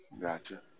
Gotcha